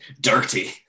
Dirty